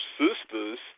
sisters